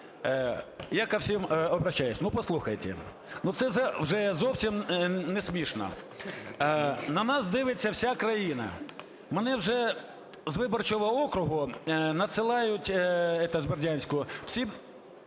Я ко всем обращаюсь. Ну, послухайте, ну, це вже зовсім не смішно. На нас дивиться вся країна. Мені вже з виборчого округу надсилають, з Бердянська, всі